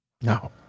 no